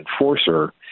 enforcer